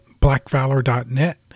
blackvalor.net